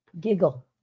giggle